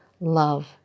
love